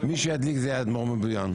שידליק זה האדמו"ר מבויאן.